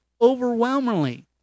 overwhelmingly